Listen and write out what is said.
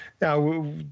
now